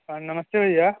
हाँ नमस्ते भैया